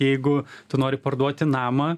jeigu tu nori parduoti namą